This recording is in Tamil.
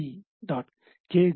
ac